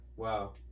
Wow